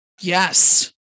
yes